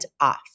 off